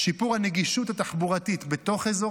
שיפור הנגישות התחבורתית בתוך אזור